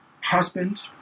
husband